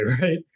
right